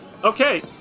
Okay